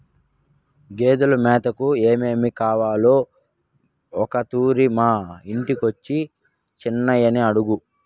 గేదెలు మేతకు ఏమేమి కావాలో ఒకతూరి మా ఇంటికొచ్చి చిన్నయని అడుగు